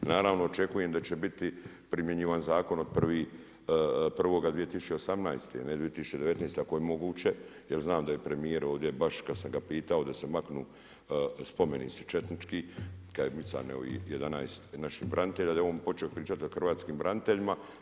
I naravno očekujem da će biti primjenjivan zakon od 1.1.2018. a ne 2019. ako je moguće jer znam da je premijer ovdje baš kada sam ga pitao da se maknu spomenici četnički, kada je micano i 11 naših branitelja da je on počeo pričati o hrvatskim braniteljima.